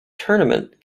tournament